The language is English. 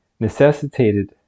Necessitated